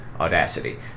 Audacity